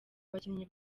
bakinnyi